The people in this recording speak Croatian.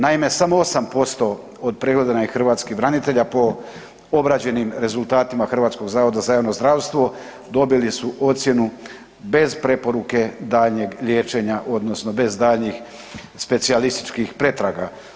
Naime, samo 8% od pregledanih hrvatskih branitelja po obrađenim rezultatima HZJZ-a dobili su ocjenu bez preporuke daljnjeg liječenja odnosno bez daljnjih specijalističkih pretraga.